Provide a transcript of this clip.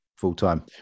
full-time